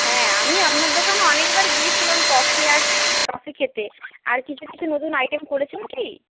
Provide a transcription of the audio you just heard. হ্যাঁ আমি আপনার দোকানে অনেকবার গিয়েছিলাম কফি আর কফি খেতে আর কিছু কিছু নতুন আইটেম করেছেন কি